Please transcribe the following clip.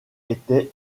était